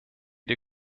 der